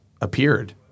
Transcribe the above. appeared